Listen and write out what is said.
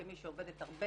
כמי שעובדת הרבה